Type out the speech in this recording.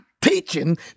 teaching